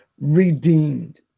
redeemed